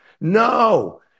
No